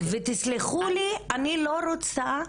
ותסלחו לי, אני לא רוצה,